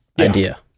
idea